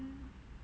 mm